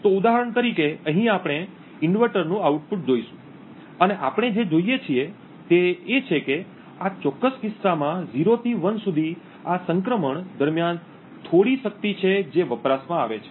તો ઉદાહરણ તરીકે અહીં આપણે ઇન્વર્ટરનું આઉટપુટ જોશું અને આપણે જે જોઈએ છીએ તે છે કે આ ચોક્કસ કિસ્સામાં 0 થી 1 સુધી આ સંક્રમણ દરમિયાન થોડી શક્તિ છે જે વપરાશમાં આવે છે